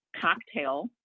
cocktail